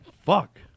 Fuck